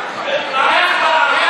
ביחד.